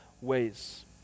ways